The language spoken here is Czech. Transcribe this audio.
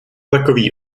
takový